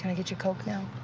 and get you a coke now?